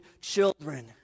children